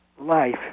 life